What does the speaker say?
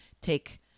take